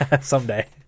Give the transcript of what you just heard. someday